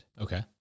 Okay